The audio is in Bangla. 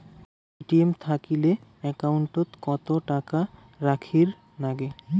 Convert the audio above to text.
এ.টি.এম থাকিলে একাউন্ট ওত কত টাকা রাখীর নাগে?